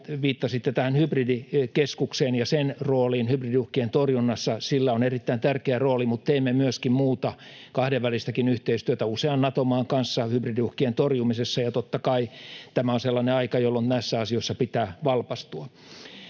viittasitte tähän hybridikeskukseen ja sen rooliin hybridiuhkien torjunnassa. Sillä on erittäin tärkeä rooli, mutta teemme myöskin muuta, kahdenvälistäkin yhteistyötä usean Nato-maan kanssa hybridiuhkien torjumisessa, ja totta kai tämä on sellainen aika, jolloin näissä asioissa pitää valpastua.